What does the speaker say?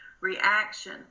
reaction